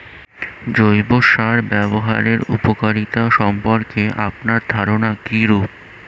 জৈব সার ব্যাবহারের উপকারিতা সম্পর্কে আপনার ধারনা কীরূপ?